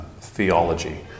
theology